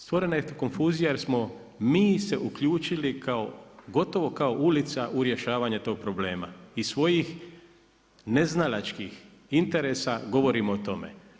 Stvorena je konfuzija jer smo mi se uključili kao, gotovo kao ulica u rješavanje tog problema iz svojih neznalačkih interesa govorimo o tome.